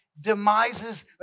demises